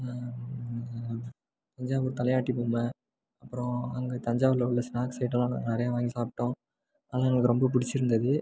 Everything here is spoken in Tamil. தஞ்சாவூர் தலையாட்டி பொம்மை அப்புறோம் அங்கே தஞ்சாவூரில் உள்ள ஸ்நாக்ஸ் ஐட்டம்லாம் நாங்கள் நிறையா வாங்கி சாப்பிட்டோம் அதெலாம் எங்களுக்கு ரொம்ப பிடிச்சிருந்தது